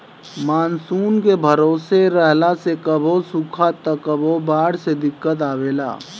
monsoon के भरोसे रहला से कभो सुखा त कभो बाढ़ से दिक्कत आवेला